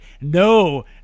no